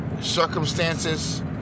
circumstances